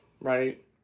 right